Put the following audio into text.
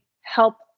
help